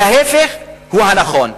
וההיפך הוא הנכון.